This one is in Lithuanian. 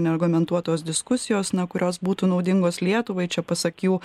neargumentuotos diskusijos na kurios būtų naudingos lietuvai čia pasak jų